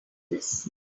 this